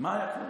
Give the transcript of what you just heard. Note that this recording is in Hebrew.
מה היה קורה?